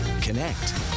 Connect